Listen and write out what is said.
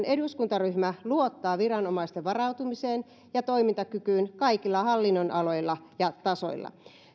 eduskuntaryhmä luottaa viranomaisten varautumiseen ja toimintakykyyn kaikilla hallinnonaloilla ja tasoilla